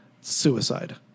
suicide